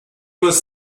was